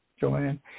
Joanne